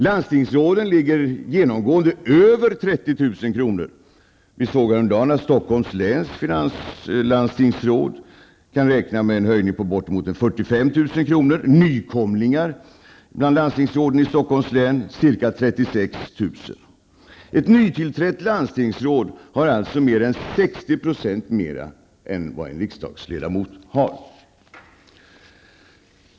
Landstingsrådens ersättning ligger genomgående över 30 000 kr. Vi såg häromdagen att Stockholms läns finanslandstingsråd kan räkna med en höjning till bortemot 45 000 kr. Nykomlingar bland landstingsråden i Stockholms län får ca 36 000 kr. mer än vad en riksdagsledamot har.